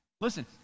listen